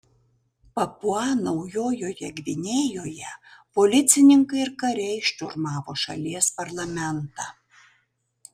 papua naujojoje gvinėjoje policininkai ir kariai šturmavo šalies parlamentą